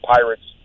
Pirates